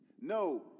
No